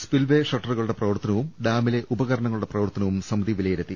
spillway ഷട്ടറുകളുടെ പ്രവർത്തനവും ഡാമിലെ ഉപകരണങ്ങളുടെ പ്രവർത്തനവും സമിതി വിലയിരുത്തി